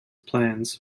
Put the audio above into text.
plans